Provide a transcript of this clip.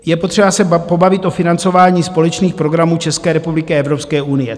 Je potřeba se pobavit o financování společných programů České republiky a Evropské unie.